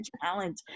challenge